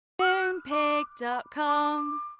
Moonpig.com